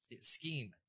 Scheme